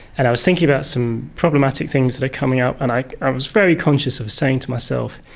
and i was thinking about some problematic things that are coming up, and i i was very conscious of saying to myself,